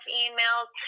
emails